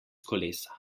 kolesa